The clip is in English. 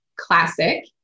classic